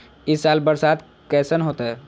ई साल बरसात कैसन होतय?